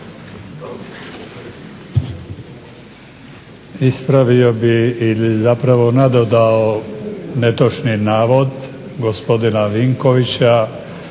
Ispravio bih ili zapravo nadodao netočni navod gospodina Vinkovića